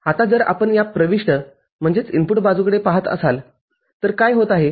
आता जर आपण प्रविष्ट बाजूकडे पहात असाल तर काय होत आहे